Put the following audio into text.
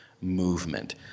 movement